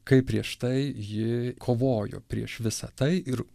kaip prieš tai ji kovojo prieš visą tai ir